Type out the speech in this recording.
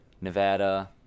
Nevada